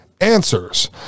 answers